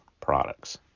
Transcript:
products